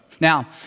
Now